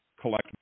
collect